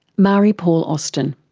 marie-paule austin.